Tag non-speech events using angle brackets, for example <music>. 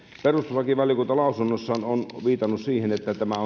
perustuslakivaliokunta lausunnossaan on viitannut siihen että tämä <unintelligible>